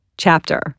chapter